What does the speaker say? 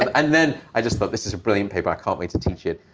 and then i just thought, this is a brilliant paper. i can't wait to teach it.